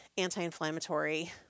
anti-inflammatory